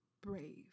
Brave